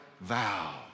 vow